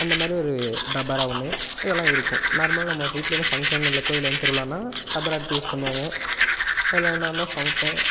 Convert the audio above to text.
அந்த மாதிரி ஒரு டபரா ஒன்று இதெல்லாம் இருக்கும் நார்மலாக நம்ம வீட்டில் எதுவும் ஃபங்க்ஷன்னு இல்லை கோயிலில் எதுவும் திருவிழான்னால் டபரா எடுத்து யூஸ் பண்ணுவாங்க அதில் நான்தான் சமைப்பேன்